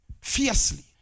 Fiercely